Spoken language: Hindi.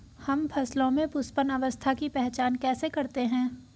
हम फसलों में पुष्पन अवस्था की पहचान कैसे करते हैं?